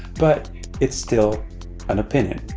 but it's still an opinion.